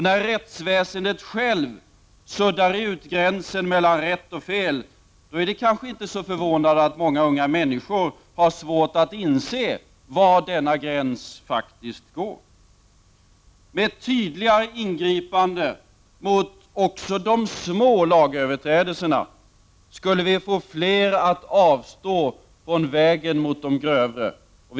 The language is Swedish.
När rättsväsendet självt suddar ut gränsen mellan rätt och fel är det kanske inte så förvånande att många unga människor har svårt att inse var denna gräns faktiskt går. Med ett tydligare ingripande mot också de små lagöverträdelserna, skulle vi få fler att avstå från vägen mot de grövre brotten.